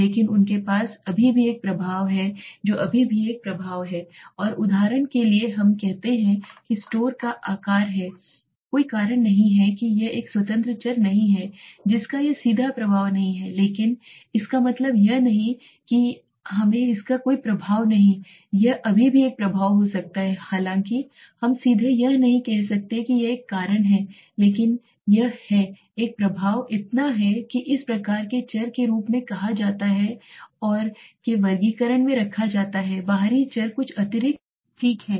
लेकिन उनके पास अभी भी एक प्रभाव है जो अभी भी एक प्रभाव है और उदाहरण के लिए हमें कहते हैं कि स्टोर का आकार है कोई कारण नहीं है कि यह एक स्वतंत्र चर नहीं है जिसका यह सीधा प्रभाव नहीं है लेकिन इसका मतलब यह नहीं है कि यह है कोई प्रभाव नहीं यह अभी भी एक प्रभाव हो सकता है हालांकि हम सीधे यह नहीं कह सकते कि यह एक कारण है लेकिन यह है एक प्रभाव इतना है कि इस प्रकार के चर के रूप में कहा जाता है और के वर्गीकरण में रखा जाता है बाहरी चर कुछ अतिरिक्त ठीक है